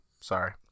sorry